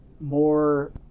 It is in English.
more